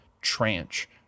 tranche